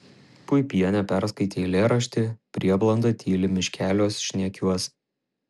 puipienė perskaitė eilėraštį prieblanda tyli miškeliuos šnekiuos